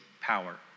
power